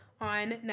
on